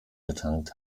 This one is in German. getankt